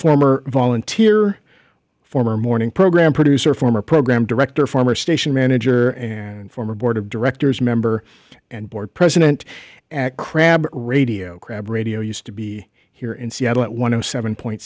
former volunteer former morning program producer former program director former station manager and former board of directors member and board president at crab radio crab radio used to be here in seattle at one of seven point